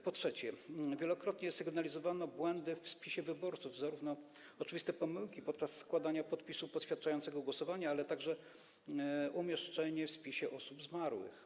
Po trzecie, wielokrotnie sygnalizowano błędy w spisie wyborców, zarówno oczywiste pomyłki podczas składania podpisu poświadczającego głosowanie, jak i umieszczenie w spisie osób zmarłych.